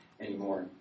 anymore